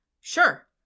Sure